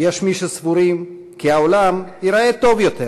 יש מי שסבורים כי העולם ייראה טוב יותר